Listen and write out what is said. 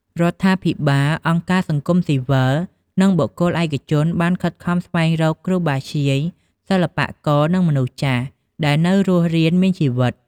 រដ្ឋាភិបាល អង្គការសង្គមស៊ីវិល និងបុគ្គលឯកជន បានខិតខំស្វែងរកគ្រូបាធ្យាយ សិល្បករ និងមនុស្សចាស់ដែលនៅរស់រានមានជីវិត។